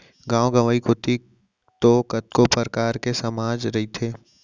गाँव गंवई कोती तो कतको परकार के समाज रहिथे